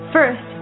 First